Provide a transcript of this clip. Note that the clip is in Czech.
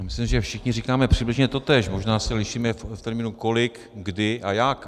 Myslím, že všichni říkáme přibližně totéž, možná se lišíme v termínu kolik, kdy a jak.